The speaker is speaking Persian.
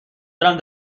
برم